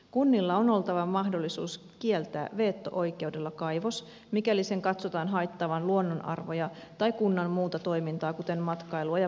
kunnilla on oltava mahdollisuus kieltää veto oikeudella kaivos mikäli sen katsotaan haittaavan luontoarvoja tai kunnan muuta toimintaa kuten matkailua ja poronhoitoa